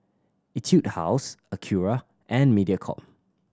Etude House Acura and Mediacorp